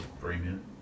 premium